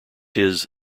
his